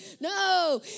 No